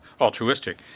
altruistic